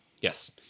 Yes